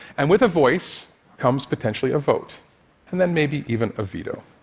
and with a voice comes, potentially, a vote and then maybe even a veto.